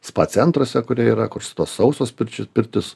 spa centruose kurie yra kur tos sausos pirčių pirtys